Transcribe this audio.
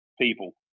people